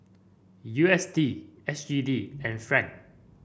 U S D S G D and franc